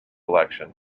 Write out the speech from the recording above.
election